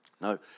No